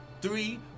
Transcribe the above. three